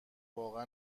واقع